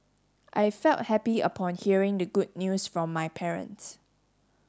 I felt happy upon hearing the good news from my parents